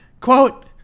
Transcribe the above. quote